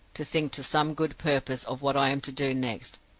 to think to some good purpose of what i am to do next,